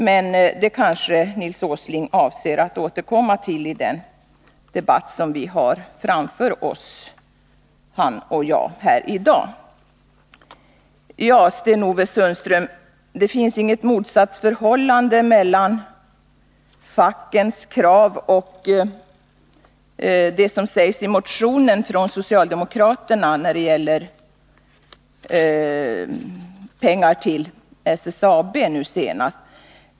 Men det kanske Nils Åsling avser att återkomma till i den debatt som han och jag har framför oss här i dag. Sten-Ove Sundström säger att det inte finns något motsatsförhållande mellan fackets krav och det som sägs i motion 103 från socialdemokraterna med anledning av den senaste propositionen om pengar till SSAB.